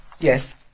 Yes